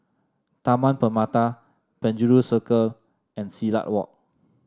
Taman Permata Penjuru Circle and Silat Walk